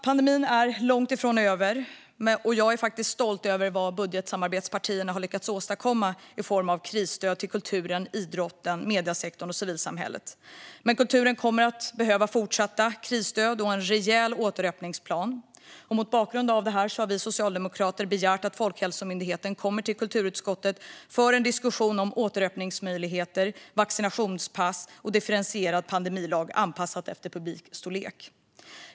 Pandemin är långt ifrån över, och jag är faktiskt stolt över vad budgetsamarbetspartierna har lyckats åstadkomma i form av krisstöd till kulturen, idrotten, mediesektorn och civilsamhället. Men kulturen kommer att behöva fortsatta krisstöd och en rejäl återöppningsplan. Mot bakgrund av detta har vi socialdemokrater begärt att Folkhälsomyndigheten kommer till kulturutskottet för en diskussion om återöppningsmöjligheter, vaccinationspass och en differentierad pandemilag anpassad efter publikstorlek.